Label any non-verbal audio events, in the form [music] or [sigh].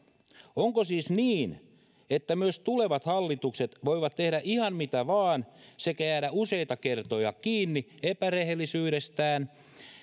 onko siis niin että myös tulevat hallitukset voivat tehdä ihan mitä [unintelligible] vain sekä jäädä useita kertoja kiinni epärehellisyydestään